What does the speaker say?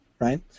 Right